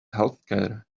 healthcare